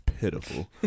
pitiful